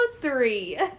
three